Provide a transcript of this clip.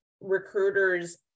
recruiters